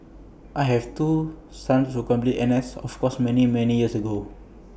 I have two sons who completed N S of course many many years ago